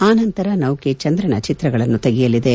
ಆನಂತರ ನೌಕೆ ಚಂದ್ರನ ಚಿತ್ರಗಳನ್ನು ತೆಗೆಯಲಿದೆ